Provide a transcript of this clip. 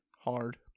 hard